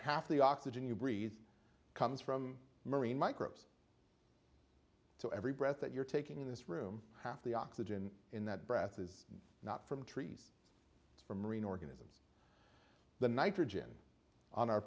half the oxygen you breathe comes from marine microbes so every breath that you're taking in this room half the oxygen in that breath is not from trees it's from marine organisms the nitrogen on our